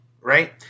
Right